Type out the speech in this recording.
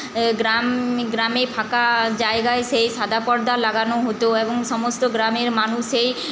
গ্রাম গ্রামে ফাঁকা জায়গায় সেই সাদা পর্দা লাগানো হতো এবং সমস্ত গ্রামের মানুষ সেই